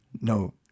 No